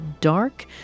dark